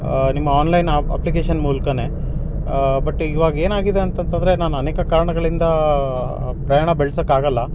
ನಿಮ್ಮ online app application ಮೂಲಕನೆ but ಇವಾಗ ಏನಾಗಿದೆ ಅಂತಂದ್ರೆ ನಾನು ಅನೇಕ ಕಾರಣಗಳಿಂದ ಪ್ರಯಾಣ ಬೆಳ್ಸೋಕ್ಕಾಗಲ್ಲ